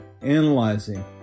analyzing